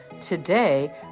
Today